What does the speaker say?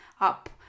up